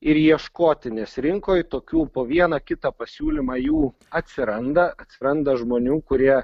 ir ieškoti nes rinkoj tokių po vieną kitą pasiūlymą jų atsiranda atsiranda žmonių kurie